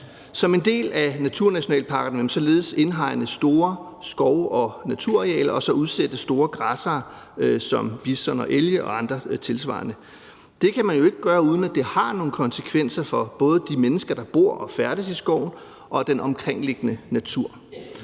Som en del af naturnationalparkerne vil man således indhegne store skov- og naturarealer og så udsætte store græssere som bison og elg og andre tilsvarende dyr. Det kan man jo ikke gøre, uden at det har nogle konsekvenser for både de mennesker, der bor og færdes i skoven, og den omkringliggende natur.